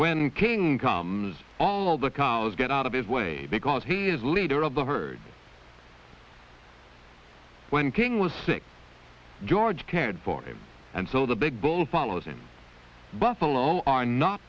when king comes all the cows get out of his way because he is the leader of the herd when king was sick george cared for him and so the big bull follows him buffalo are not